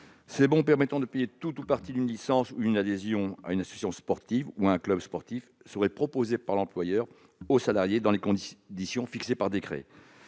Ces bons, qui permettraient de payer tout ou partie d'une licence ou d'une adhésion à une association sportive ou à un club sportif, seraient proposés par l'employeur aux salariés, dans des conditions fixées par décret.